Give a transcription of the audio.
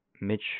Mitch